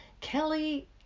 Kelly